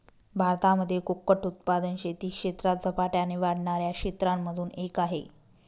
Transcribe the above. भारतामध्ये कुक्कुट उत्पादन शेती क्षेत्रात झपाट्याने वाढणाऱ्या क्षेत्रांमधून एक आहे